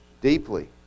deeply